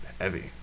heavy